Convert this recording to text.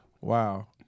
Wow